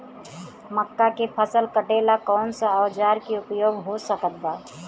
मक्का के फसल कटेला कौन सा औजार के उपयोग हो सकत बा?